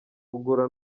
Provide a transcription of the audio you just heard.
kugura